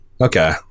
okay